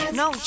no